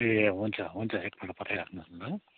ए हुन्छ हुन्छ एक पल्ट पठाइराख्नु होस् न ल